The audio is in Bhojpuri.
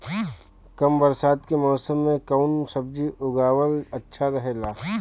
कम बरसात के मौसम में कउन सब्जी उगावल अच्छा रहेला?